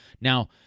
Now